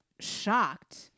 shocked